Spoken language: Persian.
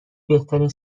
بهترین